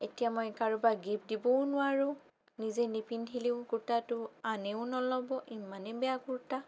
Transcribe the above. এতিয়া মই কাৰোবাক গিফ্ট দিবও নোৱাৰোঁ নিজে নিপিন্ধিলেও কুৰ্তাটো আনেও নল'ব ইমানেই বেয়া কুৰ্তা